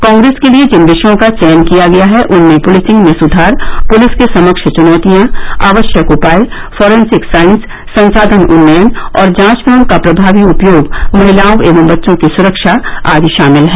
कांग्रेस के लिए जिन विषयों का चयन किया गया है उनमें पुलिसिंग में सुधार पुलिस के समक्ष चुनौतियां आवश्यक उपाय फोरेंसिक साइंस संसाधन उन्नयन और जांच में उनका प्रभावी उपयोग महिलाओं एवं बच्चों की सुरक्षा आदि शामिल हैं